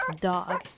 dog